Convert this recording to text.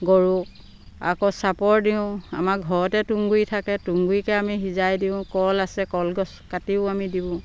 গৰুক আকৌ চাপৰ দিওঁ আমাৰ ঘৰতে তুগুৰি থাকে তুগুৰিকে আমি সিজাই দিওঁ কল আছে কলগছ কাটিও আমি দিওঁ